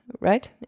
right